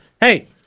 hey